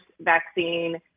vaccine